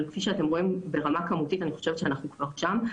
אבל כפי שאתם רואים ברמה הכמותית אני חושבת שאנחנו כבר שם,